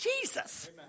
Jesus